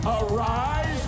arise